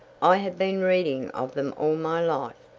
i have been reading of them all my life,